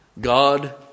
God